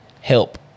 help